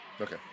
Okay